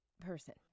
person